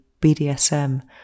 BDSM